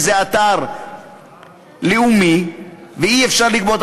כי זה אתר לאומי ואי-אפשר לגבות,